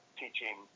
teaching